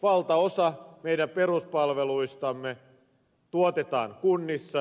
valtaosa meidän peruspalveluistamme tuotetaan kunnissa